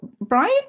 Brian